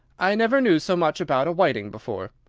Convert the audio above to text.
i never knew so much about a whiting before.